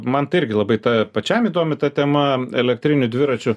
man tai irgi labai ta pačiam įdomi ta tema elektrinių dviračių